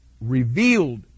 revealed